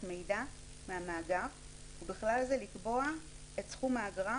מידע מהמאגר ובכלל זה לקבוע את סכום האגרה,